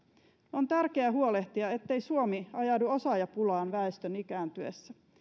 on tärkeä huolehtia ettei suomi ajaudu osaajapulaan väestön ikääntyessä